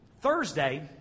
Thursday